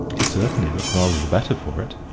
it certainly looked rather the better for it,